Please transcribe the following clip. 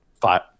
five